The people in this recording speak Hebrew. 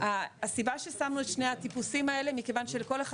הסיבה ששמנו את שני הטיפוסים האלה מכיוון שלכל אחד